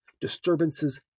Disturbances